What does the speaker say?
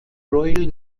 royal